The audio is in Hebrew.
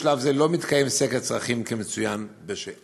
בשלב זה לא מתקיים סקר צרכים כמצוין בשאלתך.